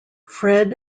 fred